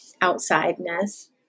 outsideness